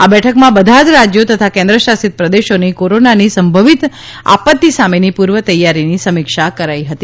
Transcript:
આ બેઠકમાં બધા જ રાજ્યો તથા કેન્દ્ર શાસિત પ્રદેશોની કોરોનાની સંભવિત આપતી સામેની પૂર્વ તૈયારીની સમીક્ષા કરાઈ હતી